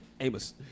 Amos